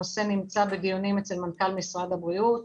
הנושא נמצא בדיונים אצל מנכ"ל משרד הבריאותי.